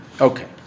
Okay